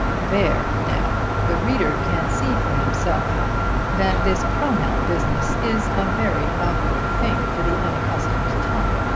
there, now, the reader can see for himself that this pronoun business is a very awkward thing for the unaccustomed tongue.